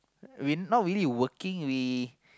we not really working we